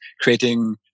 creating